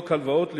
הלוואות לדיור,